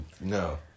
no